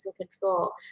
control